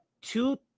Two